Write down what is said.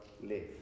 live